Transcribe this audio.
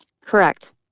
Correct